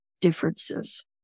differences